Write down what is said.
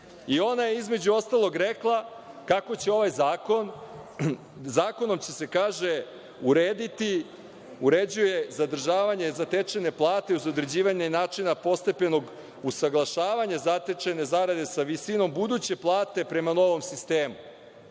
Ona je, između ostalog, rekla kako se ovim zakonom uređuje zadržavanje zatečene plate uz određivanje načina postepenog usaglašavanja zatečene zarade sa visinom buduće plate prema novom sistemu,